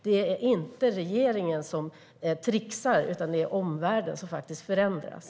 Det är inte regeringen som trixar, utan det är omvärlden som förändras.